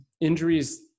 injuries